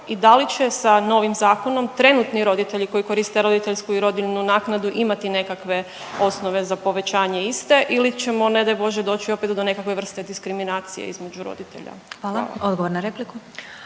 i da li će sa novim zakonom trenutni roditelji koji koriste roditeljsku i rodiljnu naknadu imati nekakve osnove za povećanje iste ili ćemo ne daj Bože doći opet do nekakve vrste diskriminacije između roditelja. Hvala. **Glasovac, Sabina